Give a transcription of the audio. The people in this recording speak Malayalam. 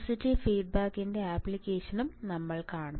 പോസിറ്റീവ് ഫീഡ്ബാക്കിലെ ആപ്ലിക്കേഷനും നമ്മൾ കാണും